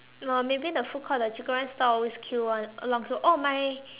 or maybe the food court the chicken rice stall always queue [one] long queue oh my